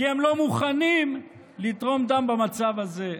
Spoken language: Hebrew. כי הם לא מוכנים לתרום דם במצב הזה.